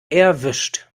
erwischt